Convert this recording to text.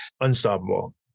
unstoppable